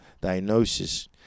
diagnosis